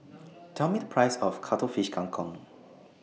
Tell Me The Price of Cuttlefish Kang Kong